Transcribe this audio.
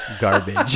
garbage